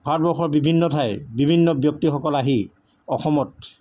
ভাৰতবৰ্ষৰ বিভিন্ন ঠাইৰ বিভিন্ন ব্যক্তিসকল আহি অসমত